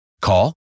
Call